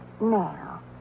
Now